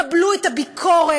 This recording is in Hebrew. קבלו את הביקורת